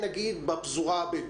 נגיד בפזורה הבדואית,